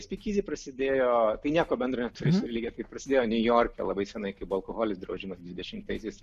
spykizi prasidėjo tai nieko bendra neturi su lygiai kai prasidėjo niujorke labai senai kaip buvo alkoholis draudžiamas dvidešimtaisiais